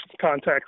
context